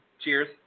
Cheers